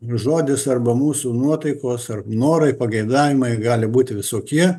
žodis arba mūsų nuotaikos ar norai pageidavimai gali būti visokie